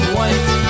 white